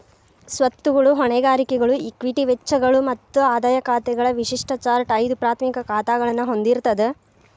ಸ್ವತ್ತುಗಳು, ಹೊಣೆಗಾರಿಕೆಗಳು, ಇಕ್ವಿಟಿ ವೆಚ್ಚಗಳು ಮತ್ತ ಆದಾಯ ಖಾತೆಗಳ ವಿಶಿಷ್ಟ ಚಾರ್ಟ್ ಐದು ಪ್ರಾಥಮಿಕ ಖಾತಾಗಳನ್ನ ಹೊಂದಿರ್ತದ